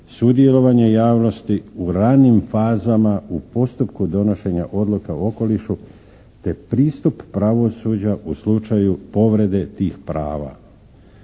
sudjelovanje javnosti u ranim fazama u postupku donošenja odluka o okolišu te pristup pravosuđa u slučaju povrede tih prava.